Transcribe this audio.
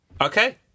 Okay